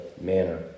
manner